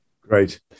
Great